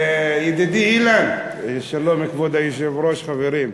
ידידי אילן, שלום לכבוד היושב-ראש, חברים.